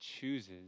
chooses